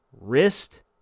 wrist